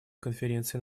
конференции